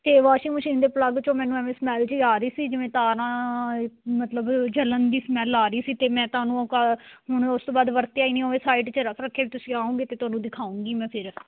ਅਤੇ washing machine ਦੇ plug 'ਚੋਂ ਮੈਨੂੰ ਐਵੈਂ ਸਮੈਲ ਜਿਹੀ ਆ ਰਹੀ ਸੀ ਜਿਵੇਂ ਤਾਰਾਂ ਮਤਲਬ ਜਲਨ ਦੀ ਸਮੈਲ ਆ ਰਹੀ ਸੀ ਅਤੇ ਮੈਂ ਤੁਹਾਨੂੰ ਉਹ ਕਰ ਹੁਣ ਉਸ ਤੋਂ ਬਾਅਦ ਵਰਤਿਆ ਹੀ ਨਹੀਂ ਉਵੇਂ ਸਾਈਡ 'ਚ ਰੱਖ ਰੱਖੇ ਵੀ ਤੁਸੀਂ ਆਉਗੇ ਤਾਂ ਤੁਹਾਨੂੰ ਦਿਖਾਉਂਗੀ ਮੈਂ ਫਿਰ